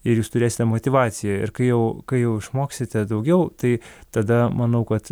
ir jūs turėsite motyvaciją ir kai jau kai jau išmoksite daugiau tai tada manau kad